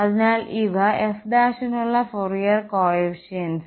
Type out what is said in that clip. അതിനാൽ ഇവ f നുള്ള ഫൊറിയർ ഗുണകങ്ങളാണ്